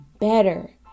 better